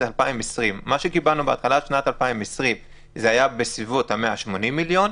2020. מה שקיבלנו בהתחלת שנת 2020 היה בסביבות 180 מיליון.